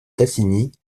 tassigny